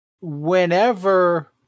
whenever